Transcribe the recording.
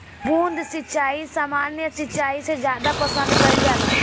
बूंद सिंचाई सामान्य सिंचाई से ज्यादा पसंद कईल जाला